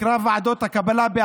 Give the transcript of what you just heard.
שנקרא "חוק ועדות הקבלה",